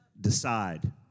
Decide